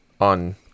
on